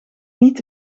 niet